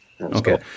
Okay